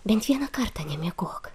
bent vieną kartą nemiegok